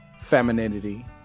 femininity